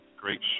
Great